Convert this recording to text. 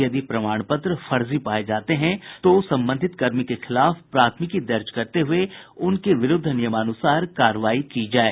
यदि प्रमाण पत्र फर्जी पाये जाते हैं तो संबंधित कर्मी के खिलाफ प्राथमिकी दर्ज कराते हुये उनके विरूद्व नियमानुसार कार्रवाई की जाये